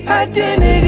identity